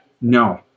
No